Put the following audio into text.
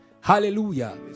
Hallelujah